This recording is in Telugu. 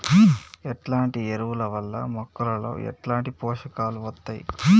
ఎట్లాంటి ఎరువుల వల్ల మొక్కలలో ఎట్లాంటి పోషకాలు వత్తయ్?